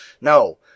No